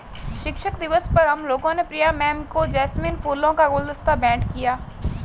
शिक्षक दिवस पर हम लोगों ने प्रिया मैम को जैस्मिन फूलों का गुलदस्ता भेंट किया